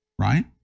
right